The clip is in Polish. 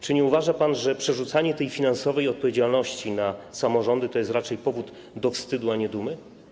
Czy nie uważa pan, że przerzucanie tej finansowej odpowiedzialności na samorządy to jest raczej powód do wstydu, a nie dumy?